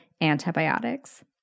antibiotics